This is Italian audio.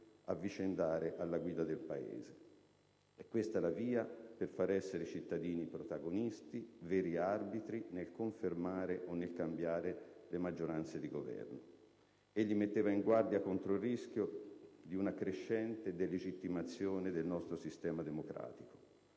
alternare alla guida del Paese. È questa la via per far essere i cittadini protagonisti - veri arbitri - nel confermare o cambiare le maggioranze di governo. Egli metteva in guardia contro il rischio di una crescente delegittimazione del nostro sistema democratico.